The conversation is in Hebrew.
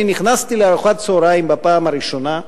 נכנסתי לארוחת צהריים בפעם הראשונה,